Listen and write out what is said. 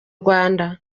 rwanda